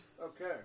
Okay